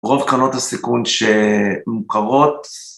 רוב קרנות הסיכון שמוכרות